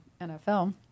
NFL